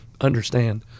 understand